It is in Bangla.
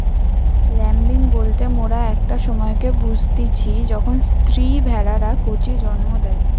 ল্যাম্বিং বলতে মোরা একটা সময়কে বুঝতিচী যখন স্ত্রী ভেড়ারা কচি জন্ম দেয়